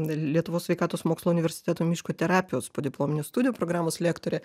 lietuvos sveikatos mokslų universiteto miško terapijos podiplominių studijų programos lektorė